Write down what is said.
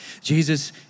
Jesus